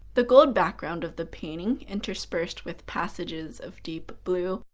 the gold background of the painting, interspersed with passages of deep blue,